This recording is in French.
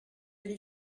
les